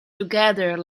together